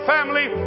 Family